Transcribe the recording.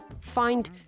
Find